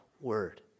word